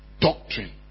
doctrine